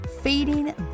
feeding